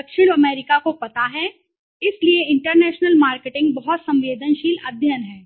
दक्षिण अमेरिका को पता है इसलिए इंटरनेशनल मार्केटिंग बहुत संवेदनशील अध्ययन है